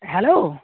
hello